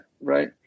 right